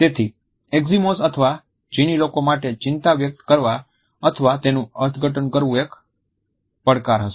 તેથી એસ્કિમોઝ અથવા ચીની લોકો માટે ચિંતા વ્યક્ત કરવા અથવા તેનું અર્થઘટન કરવું એક પડકાર હશે